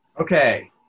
Okay